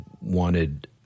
wanted